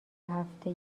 هفته